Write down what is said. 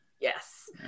yes